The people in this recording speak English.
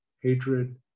hatred